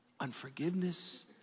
unforgiveness